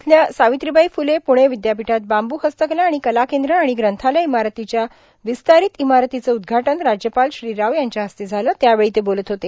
येथील सार्ावत्रीबाई फुले पूणे विद्यापीठात बांबू हस्तकला आर्गाण कला कद्र आर्गण ग्रंथालय इमारतीच्या र्विस्तार्रांत इमारतीचं उद्घाटन राज्यपाल श्री राव यांच्या हस्ते झालं त्यावेळी ते बोलत होते